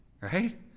Right